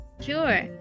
sure